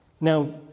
Now